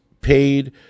paid